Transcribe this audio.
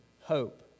hope